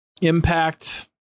Impact